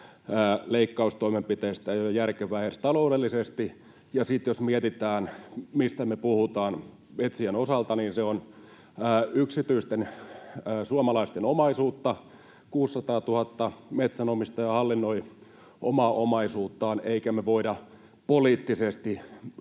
leikkaustoimenpiteistä ei ole järkevää edes taloudellisesti. Ja sitten jos mietitään, mistä me puhutaan metsien osalta, niin se on yksityisten suomalaisten omaisuutta, 600 000 metsänomistajaa hallinnoi omaa omaisuuttaan, eikä me voida poliittisesti